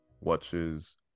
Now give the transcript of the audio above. watches